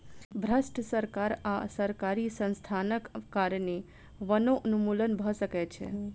भ्रष्ट सरकार आ सरकारी संस्थानक कारणें वनोन्मूलन भ सकै छै